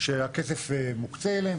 שהכסף מוקצה אליהם.